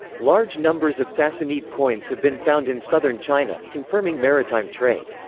large numbers of sassanid coins have been found in southern china, confirming maritime trade.